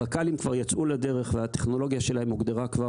הרכ"לים כבר יצאו לדרך והטכנולוגיה שלהם הוגדרה כבר